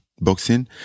boxing